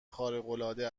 خارقالعاده